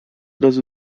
razu